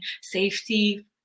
safety